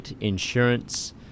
insurance